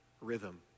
rhythm